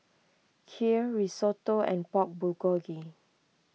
Kheer Risotto and Pork Bulgogi